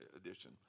edition